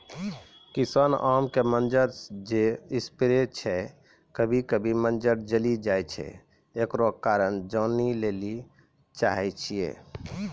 किसान आम के मंजर जे स्प्रे छैय कभी कभी मंजर जली जाय छैय, एकरो कारण जाने ली चाहेय छैय?